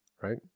Right